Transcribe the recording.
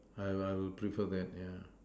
I'll I'll prefer that yeah